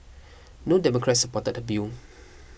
no Democrats supported the bill